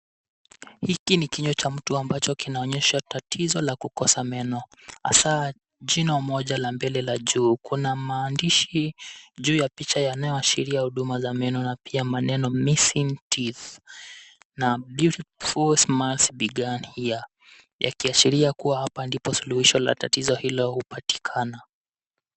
Hiki ni kinywa cha mtu ambacho kinaonyesha tatizo la kukosa meno, hasa jino moja la mbele la juu. Kuna maandishi juu ya picha yanayoashiria huduma za meno na pia maneno missing teeth na beautiful smiles begun here yakiashiria kuwa hapa ndipo suluhusho ya tatizo hilo hupatikana.